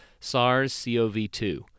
SARS-CoV-2